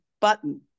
button